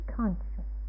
conscious